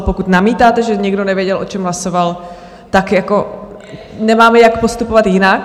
Pokud namítáte, že někdo nevěděl, o čem hlasoval, tak jako nemáme jak postupovat jinak.